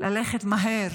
ללכת מהר